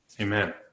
Amen